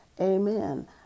Amen